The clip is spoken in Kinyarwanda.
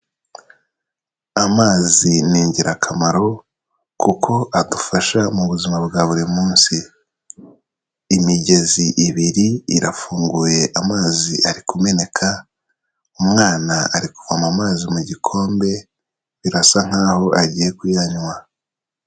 Amazi ni ingirakamaro kuko adufasha mu buzima bwa buri munsi, imigezi ibiri irafunguye amazi ari kumeneka, umwana ari kuvoma amazi mu gikombe, birasa nk'aho agiye kuyanywa.